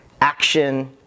action